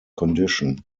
condition